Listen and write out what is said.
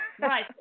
Right